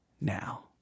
now